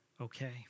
okay